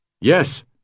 Yes